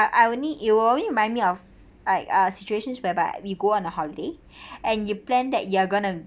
I only it will remind me of I uh situations whereby we go on a holiday and you plan that you are going to